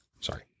Sorry